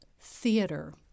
theater